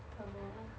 don't know